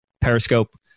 Periscope